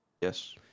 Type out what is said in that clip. yes